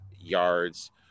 yards